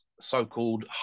so-called